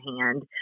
hand